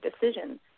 decisions